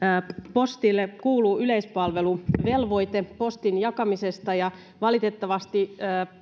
postille kuuluu yleispalveluvelvoite postin jakamisesta ja valitettavasti